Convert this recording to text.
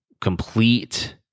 complete